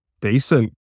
Decent